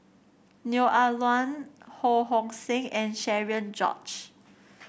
Neo Ah Luan Ho Hong Sing and Cherian George